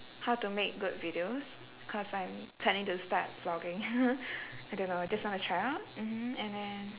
how to make good videos cause I'm planning to start vlogging I don't know I just want to try out mmhmm and then